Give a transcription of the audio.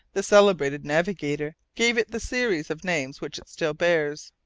the celebrated navigator gave it the series of names which it still bears.